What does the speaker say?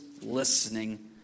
listening